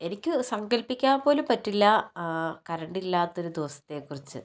എനിക്ക് സങ്കൽപ്പിക്കാൻ പോലും പറ്റില്ല കറണ്ടില്ലാത്തൊരു ദിവസത്തെക്കുറിച്ച്